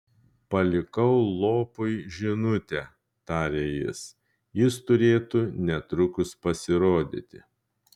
palikau lopui žinutę tarė jis jis turėtų netrukus pasirodyti